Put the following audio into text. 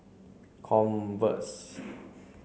converse